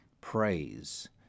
praise